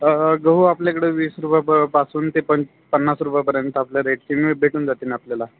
हो गहू आपल्याकडं वीस रुपया प पासून ते पंच पन्नास रुपयापर्यंत आपले रेट आहे भेटून जातील आपल्याला